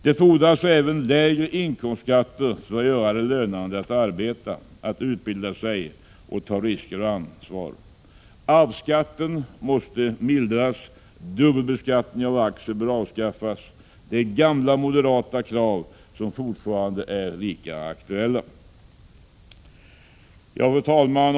Det fordras även lägre inkomstskatter för att göra det lönande att arbeta, att utbilda sig och att ta risker och ansvar. Arvsskatten måste mildras. Dubbelbeskattningen av aktier bör avskaffas. Detta är gamla moderata krav som fortfarande är lika aktuella. Fru talman!